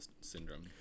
Syndrome